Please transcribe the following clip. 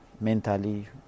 mentally